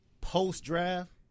post-draft